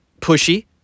Pushy